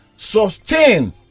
sustain